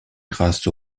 grâce